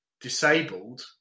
disabled